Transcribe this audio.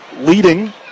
leading